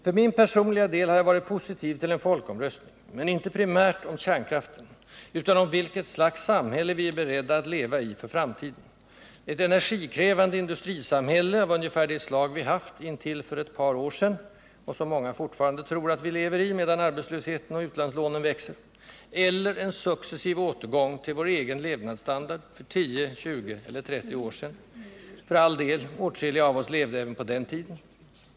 För min personliga del har jag varit positiv till en folkomröstning, men inte primärt om kärnkraften, utan om vilket slags samhälle vi är beredda att leva i för framtiden: ett energikrävande industrisamhälle av ungefär det slag vi haft intill för ett par år sedan — och som många fortfarande tror att vi lever i, medan arbetslösheten och utlandslånen växer — eller en successiv återgång till vår egen levnadsstandard för 10, 20 eller 30 år sedan — för all del, åtskilliga av oss levde även på den tiden!